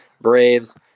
braves